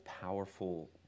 powerful